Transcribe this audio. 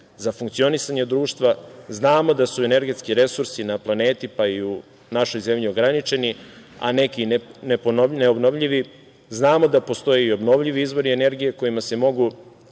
za funkcionisanje društva. Znamo da su energetski resursi na planeti, pa i u našoj zemlji ograničeni, a neki neobnovljivi. Znamo da postoje i obnovljivi izvori energije kojima se mogu